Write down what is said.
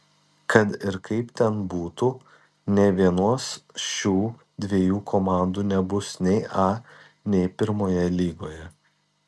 kad ir kaip ten būtų nė vienos šių dviejų komandų nebus nei a nei pirmojoje lygoje